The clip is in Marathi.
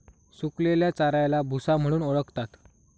सुकलेल्या चाऱ्याला भुसा म्हणून ओळखतात